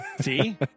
see